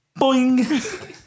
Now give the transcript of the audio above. boing